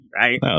right